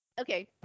okay